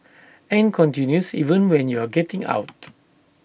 and continues even when you're getting out